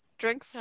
Drink